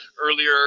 earlier